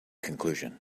conclusion